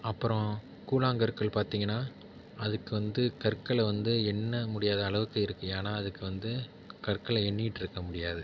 அப்புறம் கூழாங்கற்கள் பார்த்திங்கனா அதுக்கு வந்து கற்களை வந்து எண்ண முடியாத அளவுக்கு இருக்குது ஏன்னா அதுக்கு வந்து கற்களை எண்ணிக்கிட்டு இருக்க முடியாது